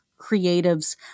creatives